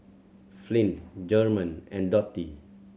Flint German and Dottie